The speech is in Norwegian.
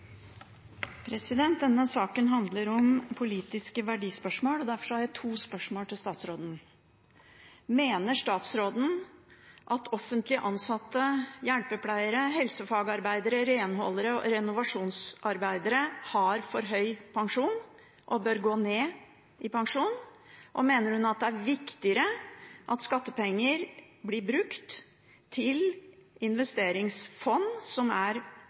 Denne saken handler om politiske verdispørsmål. Derfor har jeg to spørsmål til statsråden. Mener statsråden at offentlig ansatte – hjelpepleiere, helsefagarbeidere, renholdere og renovasjonsarbeidere – har for høy pensjon og bør gå ned i pensjon? Og mener hun det er viktigere at skattepenger blir brukt til investeringsfond som er